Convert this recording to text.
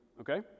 okay